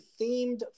themed